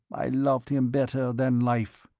i loved him better than life.